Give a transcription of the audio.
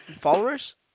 Followers